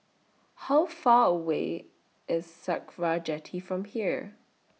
How Far away IS Sakra Jetty from here